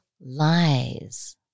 lies